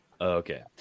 Okay